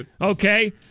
okay